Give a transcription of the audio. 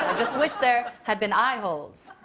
just wish there had been eyeholes.